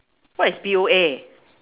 what is P_O_A